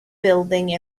building